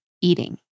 eating